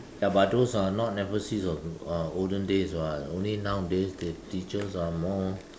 ya but those uh not never see of uh olden days [what] only now then the teachers are more